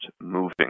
moving